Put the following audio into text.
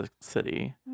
city